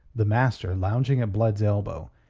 the master, lounging at blood's elbow,